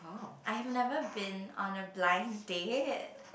I have never been on a blind date